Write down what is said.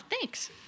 thanks